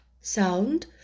sound